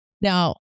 Now